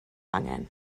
angen